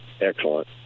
excellent